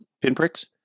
Pinpricks